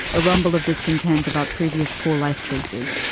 a rumble of discontent about previous poor life choices.